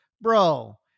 bro